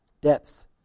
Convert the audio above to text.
depths